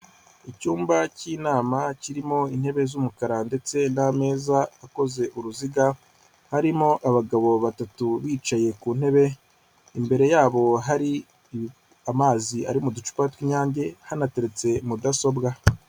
Icyumba cy'inama kirimo intebe z'umukara ndetse n'ameza akoze uruziga, harimo abagabo batatu bicaye ku ntebe imbere yabo hari amazi ari mu ducupa tw'inyange hanateretse mudasobwa.